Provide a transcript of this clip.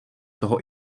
toho